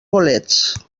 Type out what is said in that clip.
bolets